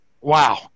wow